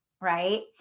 right